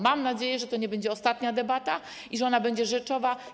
Mam nadzieję, że to nie będzie ostatnia debata i że będzie ona rzeczowa.